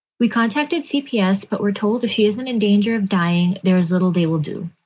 we contacted cps, but we're told if she isn't in danger of dying, there is little they will do.